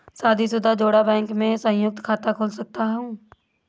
शादीशुदा जोड़ा बैंक में संयुक्त खाता खोल सकता है